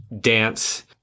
dance